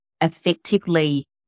effectively